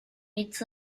meets